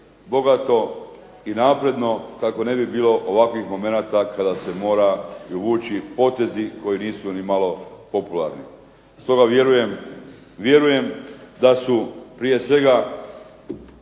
bogato i napredno, kako ne bi bilo ovakvih momenata kada se moraju vući potezi koji nisu nimalo popularni. Stoga vjerujem da su prije svega